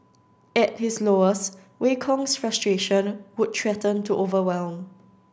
at his lowest Wei Kong's frustration would threaten to overwhelm